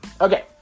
Okay